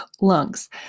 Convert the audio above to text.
lungs